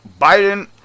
Biden